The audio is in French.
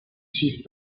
suivent